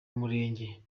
murenge